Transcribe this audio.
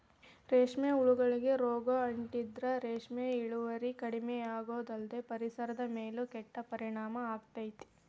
ರೇಷ್ಮೆ ಹುಳಗಳಿಗೆ ರೋಗ ಅಂಟಿದ್ರ ರೇಷ್ಮೆ ಇಳುವರಿ ಕಡಿಮಿಯಾಗೋದಲ್ದ ಪರಿಸರದ ಮೇಲೂ ಕೆಟ್ಟ ಪರಿಣಾಮ ಆಗ್ತೇತಿ